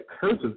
curses